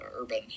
urban